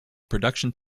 production